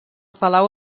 palau